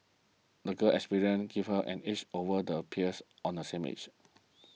the girl's experiences give her an edge over the peers on the same age